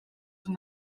from